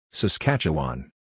Saskatchewan